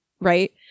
right